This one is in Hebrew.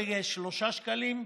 בשלושה שקלים,